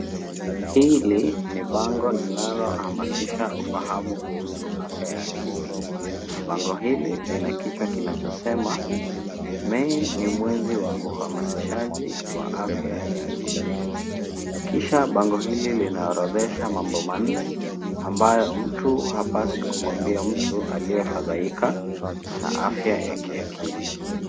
Hili ni bango linalohamasisha ufahamu kuhusu afya ya akili. Bango hili lina kichwa kinachosema, May ni mwezi wa uhamasishaji wa afya ya akili, kisha bango hili linaorodhesha mambo nne ambayo mtu hapaswi kumwambia mtu aliyefadhaika na afya ya kiakili.